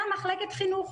גם מחלקת חינוך.